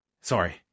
Sorry